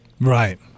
Right